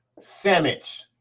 Sandwich